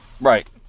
Right